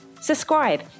Subscribe